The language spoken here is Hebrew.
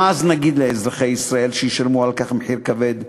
מה אז נגיד לאזרחי ישראל, שישלמו על כך מחיר כבד?